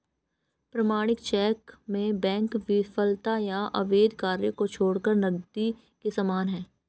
प्रमाणित चेक में बैंक की विफलता या अवैध कार्य को छोड़कर नकदी के समान है